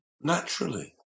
naturally